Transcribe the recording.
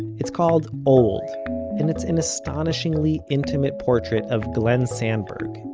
it's called old and it's an astonishingly intimate portrait of glenn sandberg,